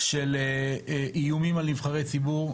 של איומים על נבחרי ציבור,